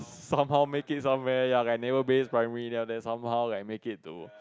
some how make it somewhere ya like Naval-Base primary then after that some how like make it to